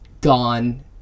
gone